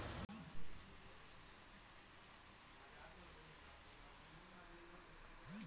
ఎరువులను నిల్వ చేయడం వల్ల ఏమైనా ఉపయోగం ఉంటుందా పోషణ శాతం పెరుగుతదా?